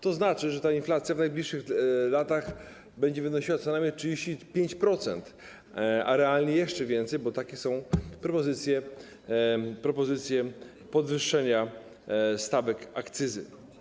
To znaczy, że ta inflacja w najbliższych latach będzie wynosiła co najmniej 35%, a realnie jeszcze więcej, bo takie są propozycje podwyższenia stawek akcyzy.